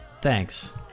Thanks